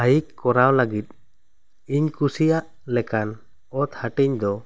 height ᱠᱚᱨᱟᱣ ᱞᱟᱹᱜᱤᱫ ᱤᱧ ᱠᱩᱥᱤᱭᱟᱜ ᱞᱮᱠᱟᱱ ᱚᱛ ᱦᱟᱹᱴᱤᱧ ᱫᱚ